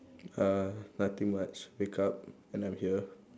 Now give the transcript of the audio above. uh nothing much wake up and I'm here